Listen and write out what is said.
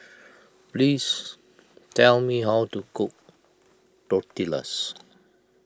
please tell me how to cook Tortillas